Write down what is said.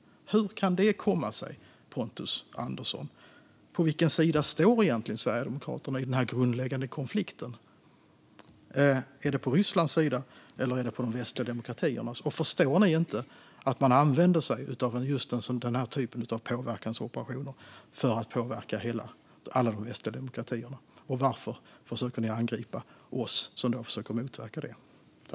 Hur kan det komma sig, Pontus Andersson? På vilken sida står egentligen Sverigedemokraterna i den grundläggande konflikten? Är det på Rysslands sida, eller är det på de västliga demokratiernas? Förstår ni inte att man använder sig av just den typen av påverkansoperationer för att påverka alla de västliga demokratierna? Varför försöker ni angripa oss som försöker motverka detta?